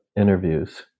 interviews